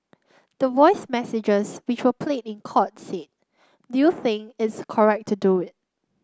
the voice messages which were played in court said do you think its correct to do it